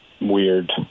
weird